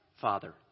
Father